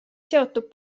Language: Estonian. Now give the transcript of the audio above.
seotud